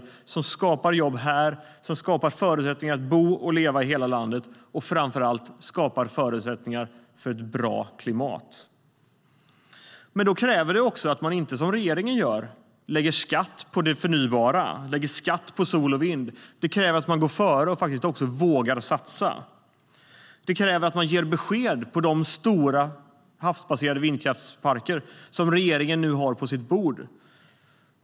Det skulle kunna gå till det som skapar jobb här, som skapar förutsättningar att bo och leva i hela landet och som framför allt skapar förutsättningar för ett bra klimat. Det kräver dock att man inte gör som regeringen, det vill säga lägger skatt på det förnybara - lägger skatt på sol och vind. Det kräver att man går före och faktiskt vågar satsa. Det kräver att man ger besked när det gäller de stora havsbaserade vindkraftsparker regeringen nu har på sitt bord.